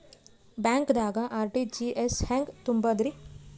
ಬ್ಯಾಂಕ್ದಾಗ ಆರ್.ಟಿ.ಜಿ.ಎಸ್ ಹೆಂಗ್ ತುಂಬಧ್ರಿ?